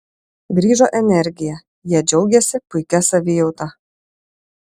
grįžo energija jie džiaugėsi puikia savijauta